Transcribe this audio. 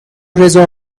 رضا